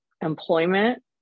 employment